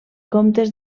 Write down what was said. comptes